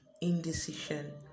indecision